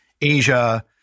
Asia